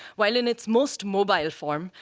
while in its most mobile form,